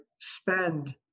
spend